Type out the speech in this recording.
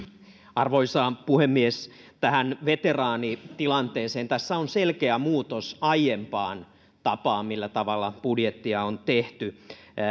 arvoisa puhemies tähän veteraanitilanteeseen tässä on selkeä muutos aiempaan tapaan millä tavalla budjettia on tehty